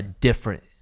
different